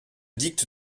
dicte